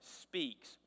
speaks